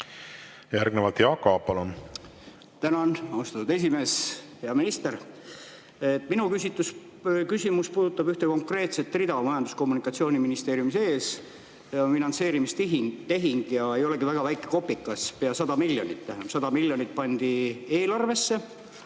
Järgnevalt Jaak Aab, palun! Tänan, austatud esimees! Hea minister! Minu küsimus puudutab ühte konkreetset rida Majandus- ja Kommunikatsiooniministeeriumi [eelarves]: finantseerimistehing. Ja ei olegi väga väike kopikas, pea 100 miljonit. 100 miljonit pandi selle